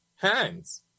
Hands